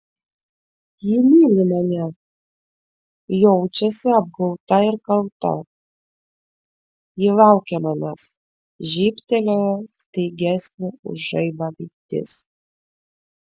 ji myli mane jaučiasi apgauta ir kalta ji laukia manęs žybtelėjo staigesnė už žaibą mintis